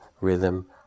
rhythm